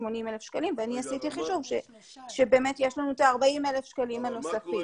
80,000 שקלים ואני עשיתי חישוב שבאמת יש לנו את ה-40,000 שקלים הנוספים,